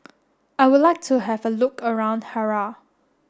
I would like to have a look around Harare